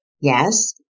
Yes